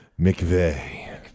McVeigh